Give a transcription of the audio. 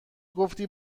گفتی